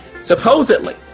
Supposedly